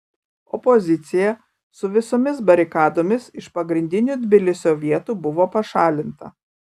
opozicija su visomis barikadomis iš pagrindinių tbilisio vietų buvo pašalinta